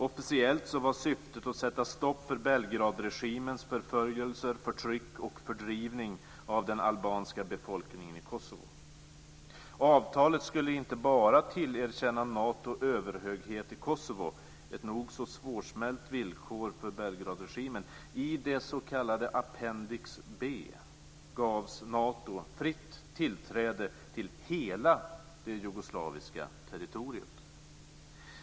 Officiellt var syftet att sätta stopp för Belgradregimens förföljelser, förtryck och fördrivning av den albanska befolkningen i Kosovo. Avtalet skulle inte bara tillerkänna Nato överhöghet i Kosovo, ett nog så svårsmält villkor för Belgradregimen. I det s.k. Appendix B gavs Nato dessutom fritt tillträde till hela jugoslaviska territoriet.